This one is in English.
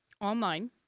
online